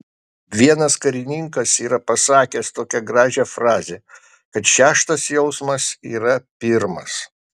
vienas karininkas yra pasakęs tokią gražią frazę kad šeštas jausmas yra pirmas